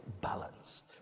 balance